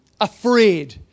afraid